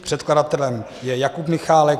Předkladatelem je Jakub Michálek.